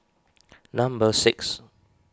number six